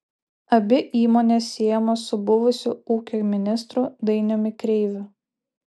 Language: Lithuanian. abi įmonės siejamos su buvusiu ūkio ministru dainiumi kreiviu